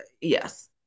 Yes